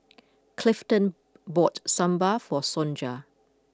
Clifton bought Sambal for Sonja